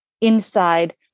inside